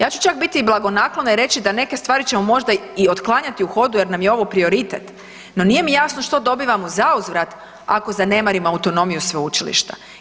Ja ću čak biti i blagonaklona i reći da neke stvari ćemo možda i otklanjati u hodu jer nam je ovo prioritet no nije mi jasno što dobivamo zauzvrat ako zanemarimo autonomiju sveučilišta.